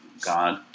God